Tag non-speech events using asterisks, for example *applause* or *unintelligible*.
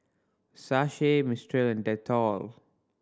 *unintelligible* Mistral and Dettol